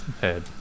Head